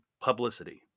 publicity